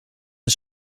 een